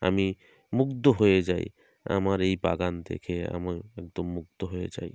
আমি মুগ্ধ হয়ে যাই আমার এই বাগান দেখে আমা একদম মুগ্ধ হয়ে যাই